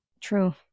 True